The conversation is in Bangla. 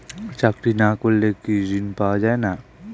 চাকরি না করলে কি ঋণ পাওয়া যায় না?